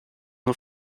nur